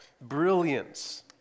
brilliance